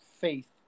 faith